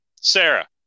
Sarah